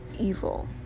evil